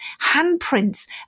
handprints